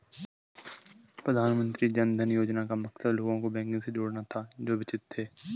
प्रधानमंत्री जन धन योजना का मकसद लोगों को बैंकिंग से जोड़ना था जो वंचित थे